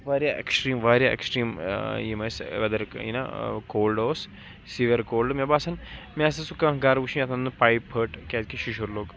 واریاہ ایٚکٕسٹریٖم واریاہ ایٚکٕسٹریٖم ٲسۍ ویدرک نہ کولڈٕ اوس سِیٖویَر کولڈ مےٚ باسان مےٚ آسہِ نہٕ سُہ کانٛہہ گَرٕ وُچھمُت یَتھ منٛز زنہٕ پایپ پھٔٹ کیٛازِکہِ ششُر لوٚگ